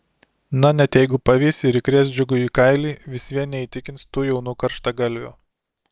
na net jeigu pavys ir įkrės džiugui į kailį vis vien neįtikins tų jaunų karštagalvių